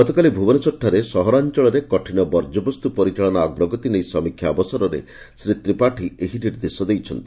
ଗତକାଲି ଭୁବନେଶ୍ୱରଠାରେ ସହରାଞଳରେ କଠିନ ବର୍ଯ୍ୟବସ୍ତୁ ପରିଚାଳନା ଅଗ୍ରଗତି ନେଇ ସମୀକ୍ଷା ଅବସରରେ ଶ୍ରୀ ତ୍ରିପାଠୀ ଏହି ନିର୍ଦ୍ଦେଶ ଦେଇଛନ୍ତି